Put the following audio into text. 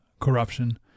corruption